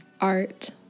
art